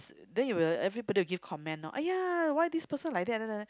then you will everybody will give comment loh !aiya! why this person like that